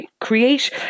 create